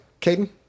Caden